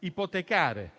ipotecare,